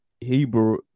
Hebrew